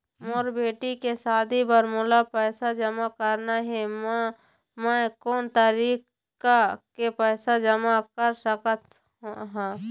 मोर बेटी के शादी बर मोला पैसा जमा करना हे, म मैं कोन तरीका से पैसा जमा कर सकत ह?